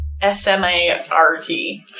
S-M-A-R-T